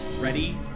Ready